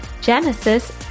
Genesis